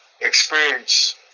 experience